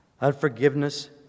Unforgiveness